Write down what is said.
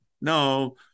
no